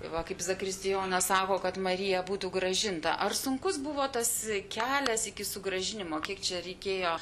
va kaip zakristijonas sako kad marija būtų grąžinta ar sunkus buvo tas kelias iki sugrąžinimo kiek čia reikėjo